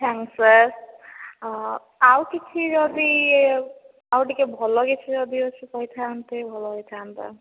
thanks sir ଆଉ କିଛି ଯଦି ଆଉ ଟିକେ ଭଲ କିଛି ଯଦି ଅଛି କହିଥାନ୍ତେ ଭଲ ହୋଇଥାନ୍ତା